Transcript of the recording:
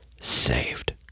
saved